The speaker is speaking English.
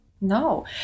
No